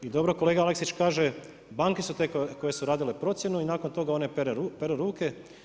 I dobro kolega Aleksić kaže, banke su te koje su radile procjenu i nakon toga one peru ruke.